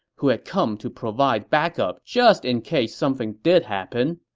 who had come to provide backup just in case something did happen.